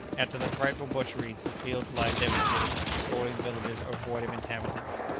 after the frightful butcheries, the fields lie devastated, the smouldering villages are void of inhabitants,